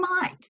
mind